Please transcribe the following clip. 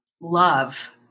love